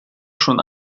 schon